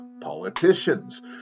politicians